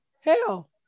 hell